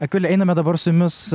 akvile einame dabar su jumis